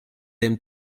them